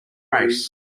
race